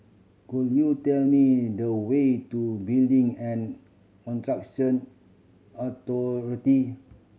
could you tell me the way to Building and Construction Authority